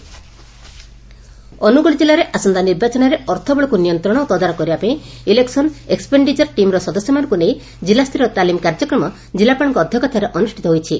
ତାଲିମ କାର୍ଯ୍ୟକ୍ମ ଅନୁଗୋଳ କିଲ୍କାରେ ଆସନ୍ତା ନିର୍ବାଚନରେ ଅର୍ଥବଳକୁ ନିୟନ୍ତଣ ଓ ତଦାରଖ କରିବା ପାଇଁ ଇଲେକ୍ସନ୍ ଏକ୍ପେଣ୍ଡିଚର୍ ଟିମ୍ର ସଦସ୍ୟମାନଙ୍ଙ୍ ନେଇ ଜିଲ୍ଲାସ୍ତରୀୟ ତାଲିମ କାର୍ଯ୍ୟକ୍ରମ ଜିଲ୍ଲାପାଳଙ୍କ ଅଧ୍ଘଷତାରେ ଅନୁଷ୍ତିତ ହୋଇଛି